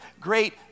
great